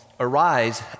arise